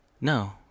no